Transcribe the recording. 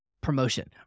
promotion